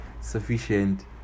sufficient